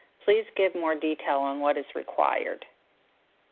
please give more detail on what is required.